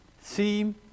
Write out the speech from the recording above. theme